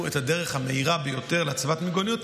את הדרך המהירה ביותר להצבת מיגוניות,